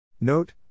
Note